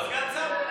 לא סגן שר?